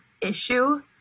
issue